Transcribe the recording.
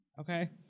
Okay